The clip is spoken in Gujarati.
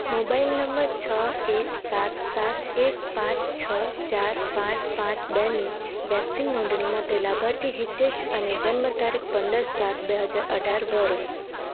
મોબાઈલ નંબર છ એક સાત સાત એક પાંચ છ ચાર પાંચ પાંચ બેની વેક્સિન નોંધણી માટે લાભાર્થી હિતેશ અને જન્મ તારીખ પંદર સાત બે હજાર અઢાર ભરો